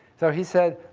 so he said,